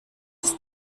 ist